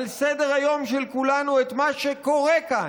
על סדר-היום של כולנו, את מה שקורה כאן,